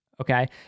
Okay